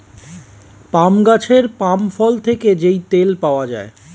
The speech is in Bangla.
পাম গাছের পাম ফল থেকে যেই তেল পাওয়া যায়